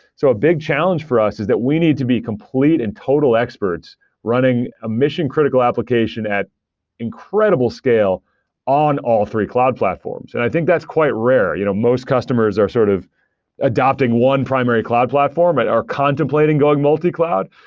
so a big challenge for us is that we need to be complete and total experts running a mission-critical application at incredible scale on all three cloud platforms. and i think that's quite rare. you know most customers are sort of adapting one primary cloud platform and are contemplating going multi cloud.